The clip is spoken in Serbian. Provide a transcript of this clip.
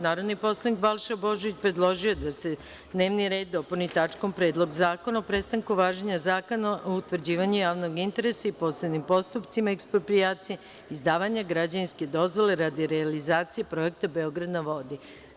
Narodni poslanik Balša Božović predložio je da se dnevni red sednice dopuni tačkom - Predlog zakona o prestanku važenja Zakona o utvrđivanju javnog interesa i posebnim postupcima eksproprijacije i izdavanja građevinske dozvole radi realizacije projekta Beograd na vodi.